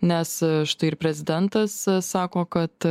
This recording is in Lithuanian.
nes štai ir prezidentas sako kad